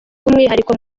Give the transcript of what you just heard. by’umwihariko